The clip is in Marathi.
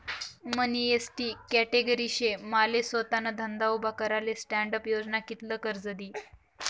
मनी एसटी कॅटेगरी शे माले सोताना धंदा उभा कराले स्टॅण्डअप योजना कित्ल कर्ज दी?